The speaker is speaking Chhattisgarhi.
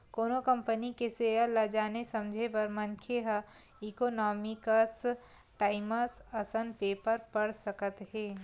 कोनो कंपनी के सेयर ल जाने समझे बर मनखे ह इकोनॉमिकस टाइमस असन पेपर पड़ सकत हे